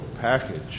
package